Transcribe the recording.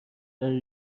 برای